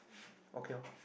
okay orh